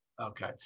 Okay